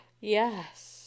Yes